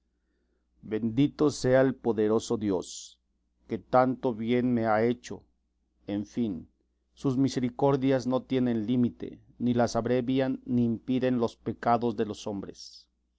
bendito sea el poderoso dios que tanto bien me ha hecho en fin sus misericordias no tienen límite ni las abrevian ni impiden los pecados de los hombres